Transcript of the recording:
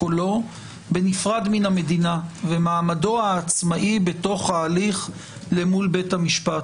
קולו בנפרד מהמדינה ומעמדו העצמאי בתוך ההליך למול בית המשפט.